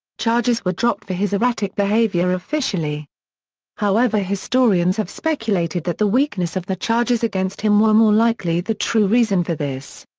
charges were dropped for his erratic behaviour officially however historians have speculated that the weakness of the charges against him were more likely the true reason for this.